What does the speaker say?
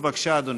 בבקשה, אדוני.